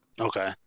Okay